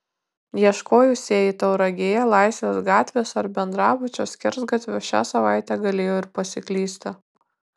ieškojusieji tauragėje laisvės gatvės ar bendrabučio skersgatvio šią savaitę galėjo ir pasiklysti